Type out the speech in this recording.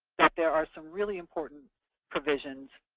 that there are some really important provisions,